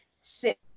sit